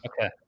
Okay